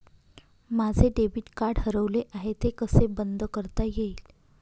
माझे debit card हरवले आहे ते कसे बंद करता येईल?